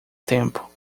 tempo